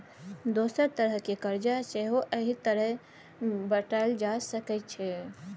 दोसर तरहक करजा सेहो एहि तरहें बताएल जा सकै छै